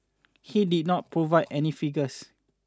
he did not provide any figures